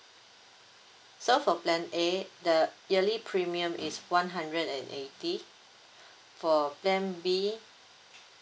so plan A the yearly premium is one hundred and eighty for plan B